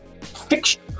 fiction